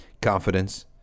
confidence